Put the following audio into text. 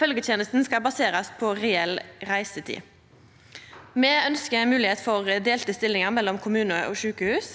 følgjetenesta skal baserast på reell reisetid. Me ønskjer moglegheit for delte stillingar mellom kommune og sjukehus.